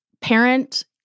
parent